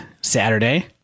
Saturday